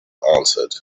answered